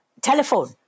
Telephone